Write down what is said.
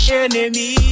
enemy